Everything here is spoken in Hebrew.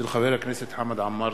הצעתו של חבר הכנסת חמד עמאר.